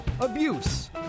abuse